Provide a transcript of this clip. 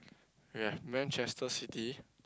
we have Manchester-City